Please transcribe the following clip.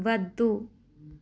వద్దు